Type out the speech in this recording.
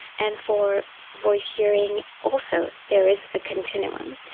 and for voice hearing also there is a continuum.